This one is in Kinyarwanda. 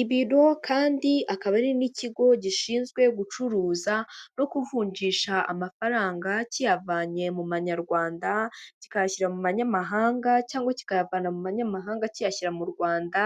Ibiro kandi akaba ari n'ikigo gishinzwe gucuruza no kuvunjisha amafaranga kiyavanye mu manyarwanda kikayashyira mu manyamahanga, cyangwa kikayavana mu banyamahanga kiyashyira mu Rwanda,